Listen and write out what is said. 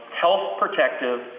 health-protective